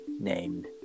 named